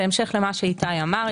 בהמשך למה שאיתי אמר,